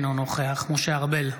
אינו נוכח משה ארבל,